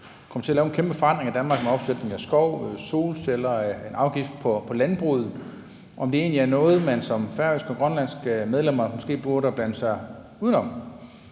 man kommer til at lave en kæmpe forandring af Danmark med opvækst af skov, solceller og en afgift på landbruget, og om det så ikke egentlig er noget, man som færøske og grønlandske medlemmer måske burde have blandet sig uden om.